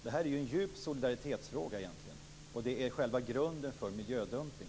Det här är egentligen en djup solidaritetsfråga, och det är själva grunden för miljödumpning.